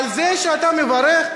על זה אתה מברך?